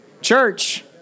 church